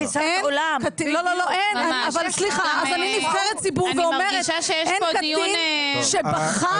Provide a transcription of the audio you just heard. אני נבחרת ציבור ואומרת, אין קטין שבחר בפשע.